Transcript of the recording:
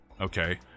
okay